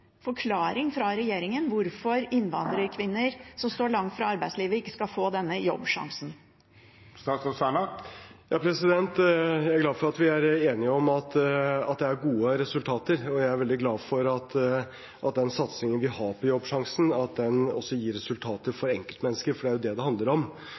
forklaring fra regjeringen på hvorfor innvandrerkvinner, som står langt fra arbeidslivet, ikke skal få denne Jobbsjansen. Jeg er glad for at vi er enige om at det er gode resultater. Og jeg er veldig glad for at den satsingen vi har på Jobbsjansen, også gir resultater for enkeltmennesker, for det er jo det det handler om,